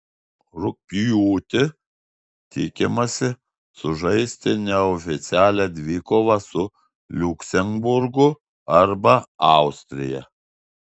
rugpjūtį tikimasi sužaisti neoficialią dvikovą su liuksemburgu arba austrija